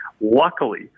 Luckily